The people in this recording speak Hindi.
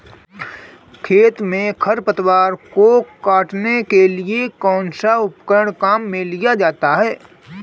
खेत में खरपतवार को काटने के लिए कौनसा उपकरण काम में लिया जाता है?